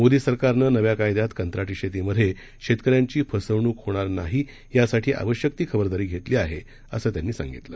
मोदीसरकारनंनव्याकायद्यातकंत्राटीशेतीमध्येशेतकऱ्यांचीफसवणूकहोणारनाहीयासाठीआव श्यकतीखबरदारीघेतलीआहे असंत्यांनीसांगितलं